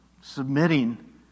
submitting